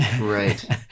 Right